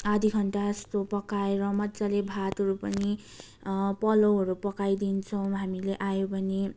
आधी घन्टाजस्तो पकाएर मजाले भातहरू पनि पलाउहरू पकाइदिन्छौँ हामीले आयो भने